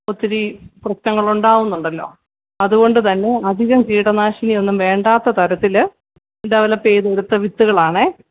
ഒത്തിരി പ്രശ്നങ്ങളുണ്ടാകുന്നുണ്ടല്ലോ അതുകൊണ്ട് തന്നെ അധികം കീടനാശിനിയൊന്നും വേണ്ടാത്ത തരത്തില് ഡെവലപ്പ് ചെയ്തെടുത്ത വിത്തുകളാണ്